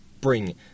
bring